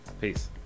Peace